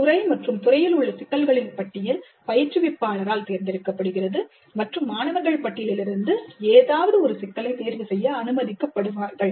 துறை மற்றும் துறையில் உள்ள சிக்கல்களின் பட்டியல் பயிற்றுவிப்பாளரால் தேர்ந்தெடுக்கப்படுகிறது மற்றும் மாணவர்கள் பட்டியலிலிருந்து ஏதாவது ஒரு சிக்கலை தேர்வு செய்ய அனுமதிக்கப்படுவார்கள்